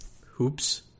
Hoops